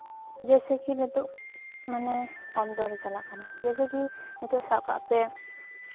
ᱡᱮᱭᱥᱮ ᱠᱤ ᱱᱤᱛᱚᱜ ᱢᱟᱱᱮ ᱠᱚᱢ ᱫᱚᱨ ᱪᱟᱞᱟᱜ ᱠᱟᱱᱟ ᱡᱮᱭᱥᱮ ᱠᱤ ᱱᱤᱛᱚᱜ ᱥᱟᱵ ᱠᱟᱜ ᱯᱮ